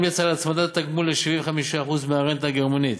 המליצה על הצמדת התגמול ל-75% מהרנטה הגרמנית,